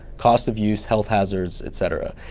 cost of use, health hazards, et cetera?